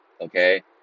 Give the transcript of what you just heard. Okay